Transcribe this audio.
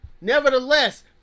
Nevertheless